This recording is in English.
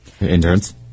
Interns